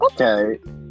Okay